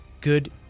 good